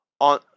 on